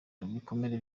bikomere